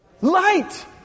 light